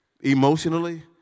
Emotionally